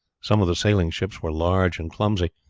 some of the sailing ships were large and clumsy,